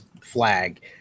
flag